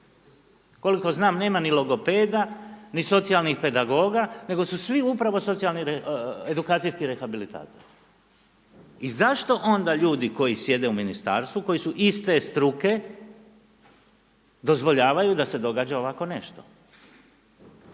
Koliko znam nema ni logopeda, ni socijalnih pedagoga nego su svi upravo edukacijski rehabilitatori i zašto onda ljudi koji sjede u ministarstvu koji su iste struke dozvoljavaju da se događa ovakvo nešto,